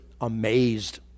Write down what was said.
amazed